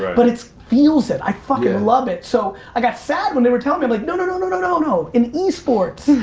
but it feels it i fucking love it so i got sad when they were telling me like no no, no, no, no no no in esports